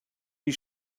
die